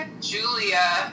Julia